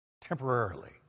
temporarily